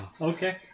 Okay